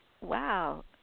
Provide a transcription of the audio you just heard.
Wow